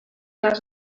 les